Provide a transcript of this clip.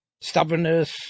Stubbornness